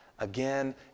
Again